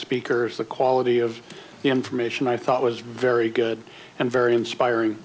speakers the quality of the information i thought was very good and very inspiring